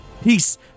Peace